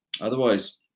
Otherwise